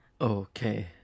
Okay